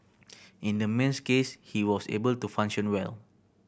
in the man's case he was able to function well